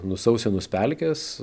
nusausinus pelkes